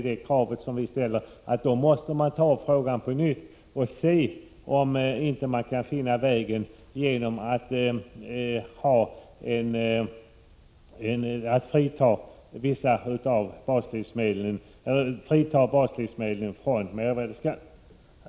Det krav som vi då ställer är att man måste ta upp frågan på nytt och undersöka om man inte kan ta bort mervärdeskatten på baslivsmedlen.